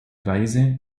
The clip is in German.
weise